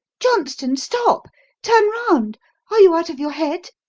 johnston, stop turn round are you out of your head?